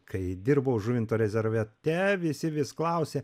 kai dirbau žuvinto rezerviate visi vis klausė